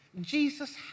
Jesus